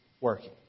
working